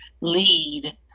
lead